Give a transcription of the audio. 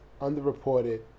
underreported